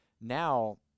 now –